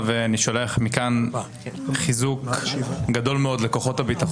אבל אני מוכרח לומר